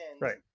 Right